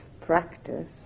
practice